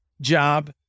job